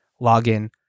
login